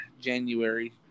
January